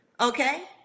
Okay